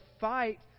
fight